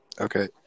okay